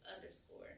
underscore